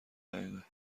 دقیقه